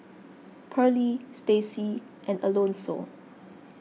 Pearly Staci and Alonso